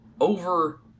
over